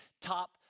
top